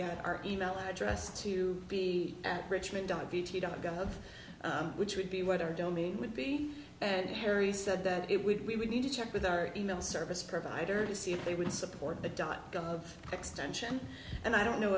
get our email address to be at richmond on bt dot gov which would be what our domain would be and harry said that it would we would need to check with our email service provider to see if they would support the dot gov extension and i don't know